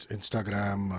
Instagram